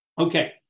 Okay